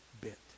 bit